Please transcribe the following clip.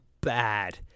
bad